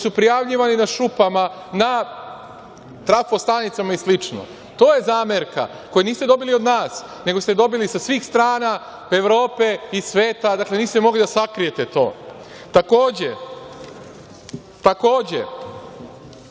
su prijavljivani na šupama, na trafo stanicama i slično. To je zamerka koju niste dobili od nas, nego ste dobili sa svih strana Evrope i sveta. Dakle, niste mogli da sakrijete to. Takođe,